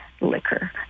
liquor